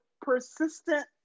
persistent